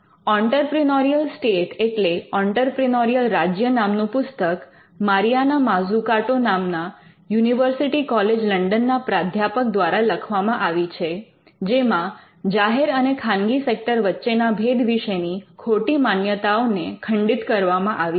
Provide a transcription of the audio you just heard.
entrepreneurial state એટલે entrepreneurial રાજ્ય નામનું પુસ્તક મારીઆના માઝુકાટો નામના યુનિવર્સિટી કોલેજ લન્ડન ના પ્રાધ્યાપક દ્વારા લખવામાં આવી છે જેમાં જાહેર અને ખાનગી સેક્ટર વચ્ચે ના ભેદ વિશેની ખોટી માન્યતાઓને ખંડિત કરવામાં આવી છે